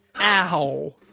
Ow